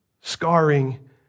scarring